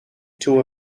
two